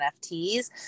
NFTs